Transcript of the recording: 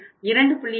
4 2